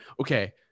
Okay